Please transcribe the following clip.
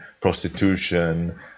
prostitution